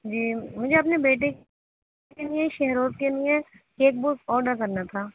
جی مجھے اپنے بیٹے کے لیے شہروز کے لیے کیک بک آڈر کرنا تھا